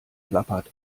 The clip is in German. plappert